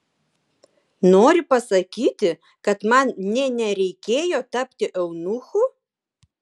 nori pasakyti kad man nė nereikėjo tapti eunuchu